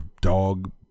dog